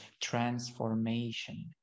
transformation